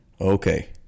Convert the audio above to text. Okay